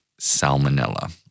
salmonella